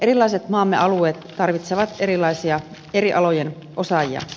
erilaiset maamme alueet tarvitsevat eri alojen osaajia